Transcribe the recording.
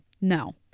no